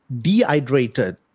dehydrated